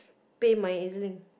pay my E_Z-Link